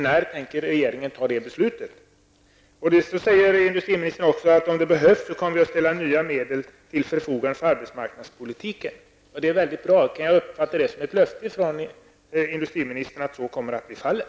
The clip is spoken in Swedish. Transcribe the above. När tänker regeringen fatta ett sådant beslut? Industriministern säger också att om det behövs kommer ytterligare medel att ställas till förfogande för arbetsmarknadspolitiken. Det är väldigt bra. Kan jag uppfatta det som ett löfte från industriministern att så kommer att bli fallet?